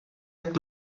jak